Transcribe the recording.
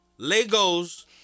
Legos